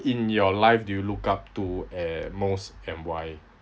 in your life do you look up to and most and why